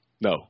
No